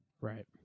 Right